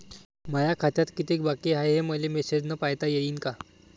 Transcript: माया खात्यात कितीक बाकी हाय, हे मले मेसेजन पायता येईन का?